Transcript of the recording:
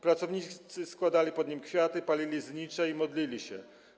Pracownicy składali pod nim kwiaty, palili znicze i modlili się.